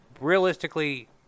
realistically